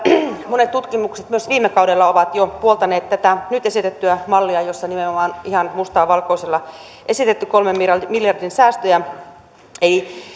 monet tutkimukset myös viime kaudella ovat jo puoltaneet tätä nyt esitettyä mallia jossa on nimenomaan ihan mustaa valkoisella esitetty kolmen miljardin miljardin säästöjä ei